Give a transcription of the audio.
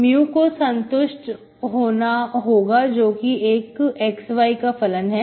Mu को संतुष्ट होना होगा जो कि एक xy का फलन है